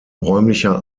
räumlicher